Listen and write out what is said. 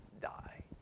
die